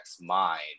mind